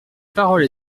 parole